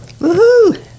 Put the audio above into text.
Woohoo